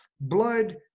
blood